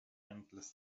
endless